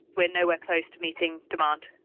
we're nowhere close to meeting demand.